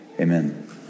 Amen